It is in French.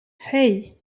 hey